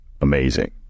amazing